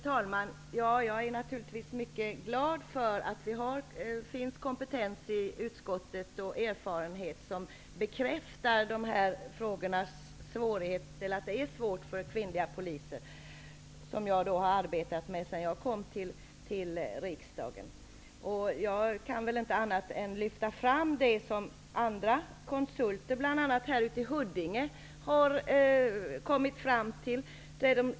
Herr talman! Jag är naturligtvis mycket glad över att det finns kompetens och erfarenhet i utskottet och att man bekräftar att det är svårt för kvinnliga poliser. Det här är en fråga som jag har arbetat med alltsedan jag kom in i riksdagen. Jag kan inte annat än lyfta fram det som bl.a. konsulter i Huddinge har kommit fram till.